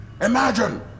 Imagine